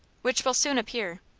which will soon appear.